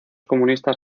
comunistas